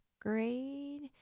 grade